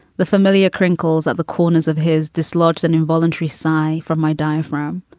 the familiar crinkles of the corners of his dislodge, the new voluntary sigh from my diaphragm.